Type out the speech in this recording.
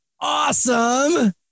awesome